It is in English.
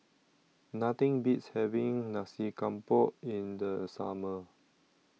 Nothing Beats having Nasi Campur in The Summer